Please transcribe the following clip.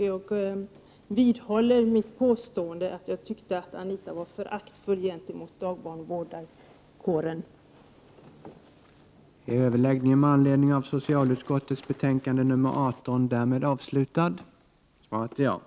Jag vidhåller mitt påstående att jag tyckte att Anita Persson var föraktfull gentemot dagbarnvårdarkåren.